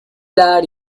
lad